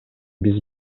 биз